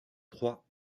trois